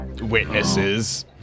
witnesses